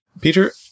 Peter